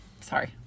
sorry